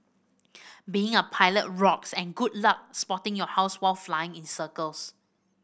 being a pilot rocks and good luck spotting your house while flying in circles